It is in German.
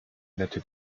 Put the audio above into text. nette